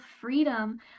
freedom